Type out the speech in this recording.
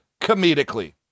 comedically